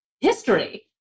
history